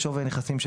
"שווי נכסים",